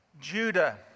Judah